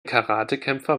karatekämpfer